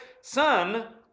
son